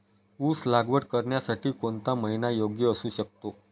ऊस लागवड करण्यासाठी कोणता महिना योग्य असू शकतो?